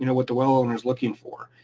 you know what the well owner's looking for.